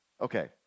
Okay